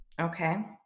okay